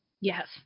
Yes